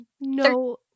No